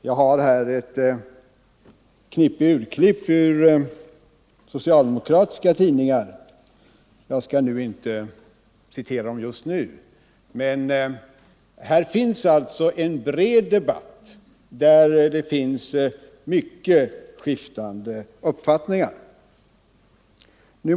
Jag har här en knippe urklipp ur socialdemokratiska tidningar, som jag emellertid inte just nu skall citera men som visar att det förs en bred debatt i vilken det redovisas många skiftande uppfattningar.